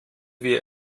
wir